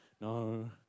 no